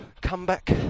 comeback